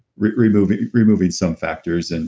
removing removing some factors. and